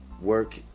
Work